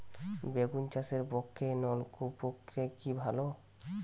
বেগুন চাষের পক্ষে নলকূপ প্রক্রিয়া কি ভালো?